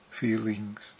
feelings